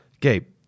Gabe